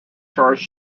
charge